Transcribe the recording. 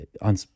on